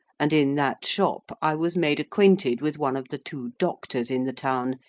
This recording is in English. and in that shop i was made acquainted with one of the two doctors in the town,